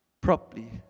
properly